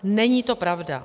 Není to pravda.